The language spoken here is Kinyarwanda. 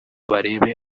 barebe